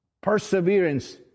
Perseverance